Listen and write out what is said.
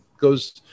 Goes